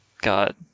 God